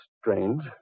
Strange